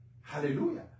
Hallelujah